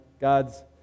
God's